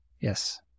Yes